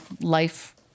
life